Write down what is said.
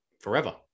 forever